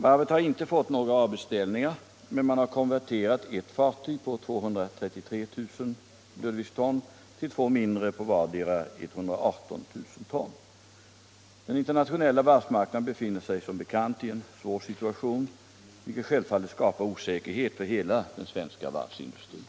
Varvet har inte fått några avbeställningar men man har konverterat ett fartyg på 233 000 ton dw till två mindre på vartdera 118 000 ton dw. Den internationella varvsmarknaden befinner sig som bekant i en svår situation, vilket självfallet skapar osäkerhet för hela den svenska varvsindustrin.